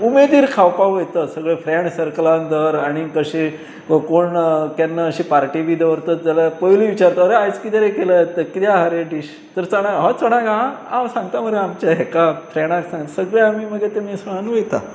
उमेदीर खावपाक वयता सगळें फ्रेंड सर्कलान धर आनी कशी कोण केन्ना अशी पार्टी बी दवरतात जाल्यार पयलीं विचारता अरे आयज कितें रे केलय किदें आसा रे डीश तर चणक आसा हय चणाक आसा हांव सांगता मरे आमच्या हेका फ्रेंडाक सांगता सगळें आमी मागीर ते मिसळून वता